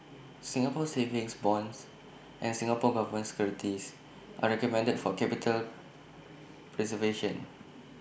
Singapore savings bonds and Singapore Government securities are recommended for capital preservation